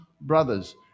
brothers